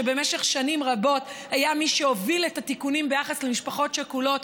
שבמשך שנים רבות היה מי שהוביל את התיקונים ביחס למשפחות שכולות.